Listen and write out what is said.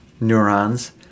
neurons